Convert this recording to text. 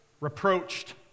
reproached